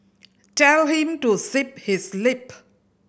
tell him to zip his lip